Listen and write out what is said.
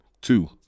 two